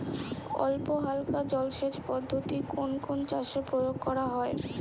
অল্পহালকা জলসেচ পদ্ধতি কোন কোন চাষে প্রয়োগ করা হয়?